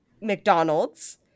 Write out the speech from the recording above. McDonald's